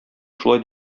шулай